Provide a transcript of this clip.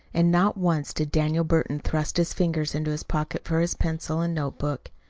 and not once did daniel burton thrust his fingers into his pocket for his pencil and notebook.